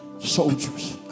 soldiers